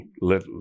let